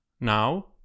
now